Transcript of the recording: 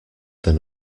than